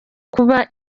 kuba